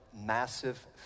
massive